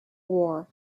war